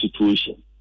situation